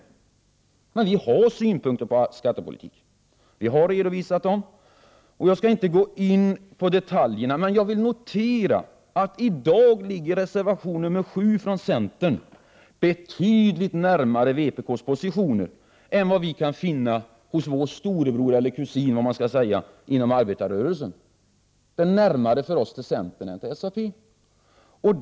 1988/89:45 Vi har dock synpunkter på den allmänna skattepolitiken, och vi har 14 december 1988 redovisat dem. Jag skall inte här gå in på detaljerna, men jag noterar attidag Trodde a ligger reservation nr 7 från centern angående skattepolitiken betydligt närmare vpk:s positioner än vad vi kan finna hos vår storebror eller kusin inom arbetarrörelsen. Det är närmare för oss till centern än till SAP.